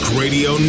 radio